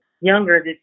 younger